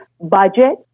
budget